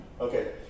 Okay